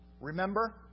Remember